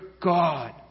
God